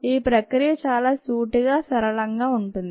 ఈ ప్రక్రియ చాలా సూటిగా సరళంగా ఉంటుంది